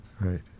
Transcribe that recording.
Right